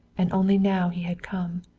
and only now he had come.